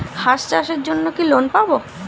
হাঁস চাষের জন্য কি লোন পাব?